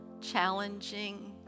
challenging